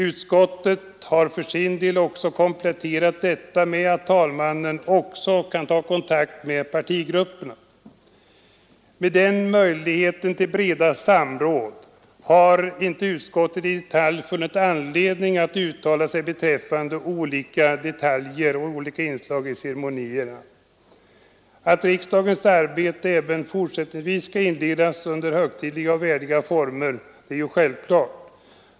Utskottet har för sin del kompletterat detta med att talmannen även kan ta kontakt med partigrupperna. Med tanke på möjligheterna till detta breda samråd har utskottet inte funnit anledning att i detalj uttala sig om olika inslag i ceremonierna. Att riksdagens arbete även fortsättningsvis skall inledas under högtidliga och värdiga former är självklart.